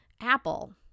Apple